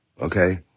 Okay